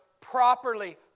properly